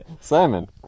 Simon